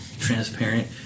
Transparent